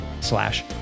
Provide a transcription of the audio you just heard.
slash